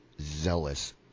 zealous